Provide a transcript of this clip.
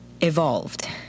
evolved